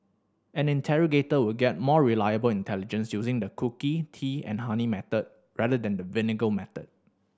an interrogator will get more reliable intelligence using the cookie tea and honey method rather than the vinegar method